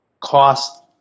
cost